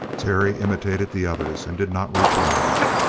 terry imitated the others and did not reply.